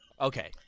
Okay